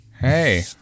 Hey